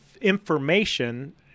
information